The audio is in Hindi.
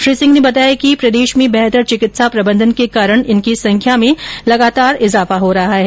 श्री सिंह ने बताया कि प्रदेश में बेहतर चिकित्सा प्रबंधन के कारण इनकी संख्या में लगातार इजाफा हो रहा है